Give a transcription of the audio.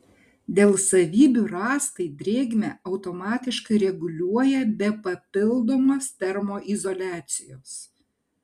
dėl savybių rąstai drėgmę automatiškai reguliuoja be papildomos termoizoliacijos